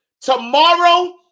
Tomorrow